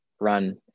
run